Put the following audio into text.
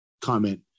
comment